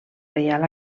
reial